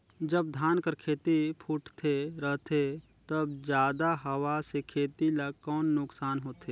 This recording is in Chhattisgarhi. जब धान कर खेती फुटथे रहथे तब जादा हवा से खेती ला कौन नुकसान होथे?